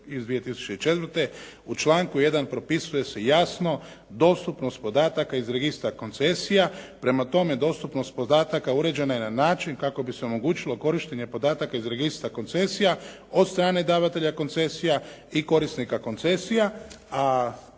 iz 2004. u članku 1. propisuje se jasno dostupnost podataka iz registra koncesija. Prema tome, dostupnost podataka uređena je na način kako bi se omogućilo korištenje podataka iz registra koncesija od strane davatelja koncesija i korisnika koncesija, a